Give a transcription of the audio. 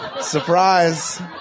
Surprise